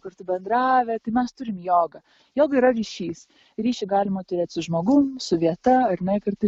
kartu bendravę tai mes turim jogą joga yra ryšys ryšį galima turėt su žmogum su vieta ar ne kartai